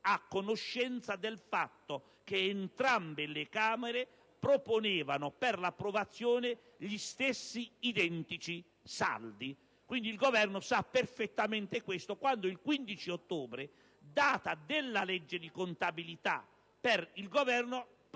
a conoscenza del fatto che entrambe le Camere proponevano, per l'approvazione, gli stessi identici saldi. Quindi, il Governo sapeva perfettamente questo, alla data del 15 ottobre, data stabilita dalla legge di contabilità perché il Governo